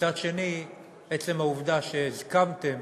מצד שני, עצם העובדה שהסכמתם